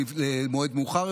זה השר.